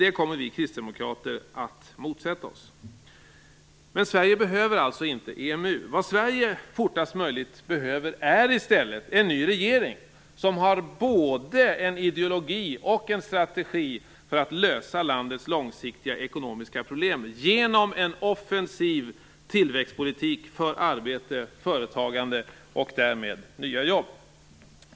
Det kommer vi kristdemokrater att motsätta oss. Men Sverige behöver alltså inte EMU. Vad Sverige fortast möjligt behöver är i stället en ny regering som har både en ideologi och en strategi för att lösa landets långsiktiga ekonomiska problem genom en offensiv tillväxtpolitik för arbete, företagande och därmed nya jobb.